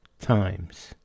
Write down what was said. times